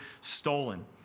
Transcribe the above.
stolen